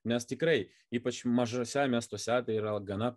nes tikrai ypač mažuose miestuose tai yra gana